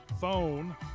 phone